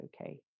okay